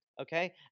okay